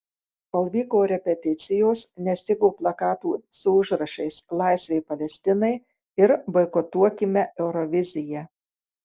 kol vyko repeticijos nestigo plakatų su užrašais laisvė palestinai ir boikotuokime euroviziją